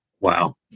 Wow